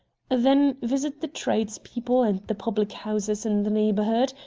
then visit the trades-people and the public-houses in the neighborhood,